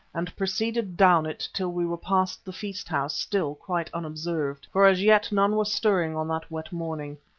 and proceeded down it till we were past the feast-house still quite unobserved, for as yet none were stirring on that wet morning.